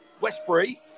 Westbury